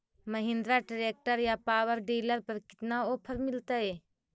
Mahindra tractor या power dealer पर कितना ओफर मीलेतय?